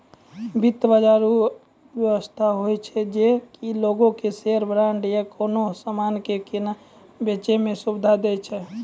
वित्त बजार उ व्यवस्था होय छै जे कि लोगो के शेयर, बांड या कोनो समानो के किनै बेचै मे सुविधा दै छै